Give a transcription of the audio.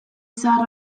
zahar